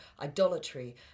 Idolatry